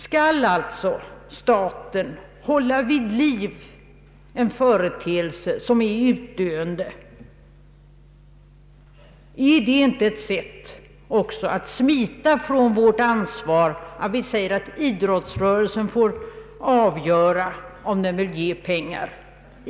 Skall alltså staten hålla vid liv en företeelse, som är i utdöende? Är det inte ett sätt att smita från vårt ansvar, när vi säger att idrottsrörelsen får avgöra om den vill ge pengar?